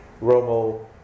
Romo